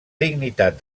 dignitat